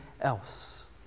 else